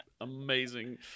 Amazing